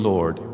Lord